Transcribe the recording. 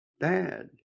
Dad